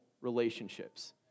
relationships